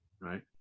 right